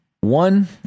one